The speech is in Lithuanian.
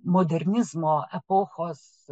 modernizmo epochos